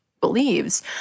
believes